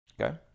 Okay